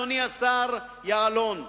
אדוני השר יעלון,